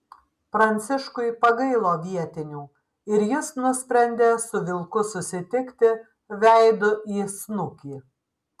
pranciškui pagailo vietinių ir jis nusprendė su vilku susitikti veidu į snukį